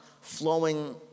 flowing